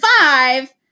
five